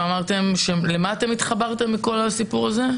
למה התחברתם בכל הסיפור הזה?